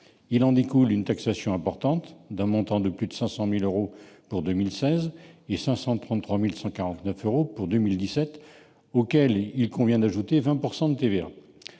Il en découle une taxation importante, d'un montant de 502 227 euros pour 2016 et de 533 149 euros pour 2017, à laquelle il convient d'ajouter 20 % de TVA.